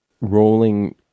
rolling